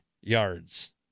yards